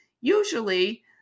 usually